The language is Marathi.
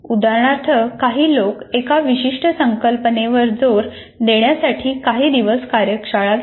उदाहरणार्थ काही लोक एका विशिष्ट संकल्पनेवर जोर देण्यासाठी काही दिवस कार्यशाळा घेतात